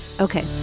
Okay